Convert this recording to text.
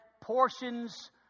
portions